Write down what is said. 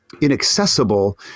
inaccessible